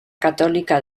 católica